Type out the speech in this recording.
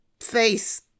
face